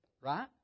Right